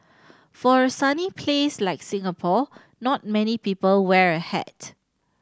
for a sunny place like Singapore not many people wear a hat